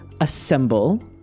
assemble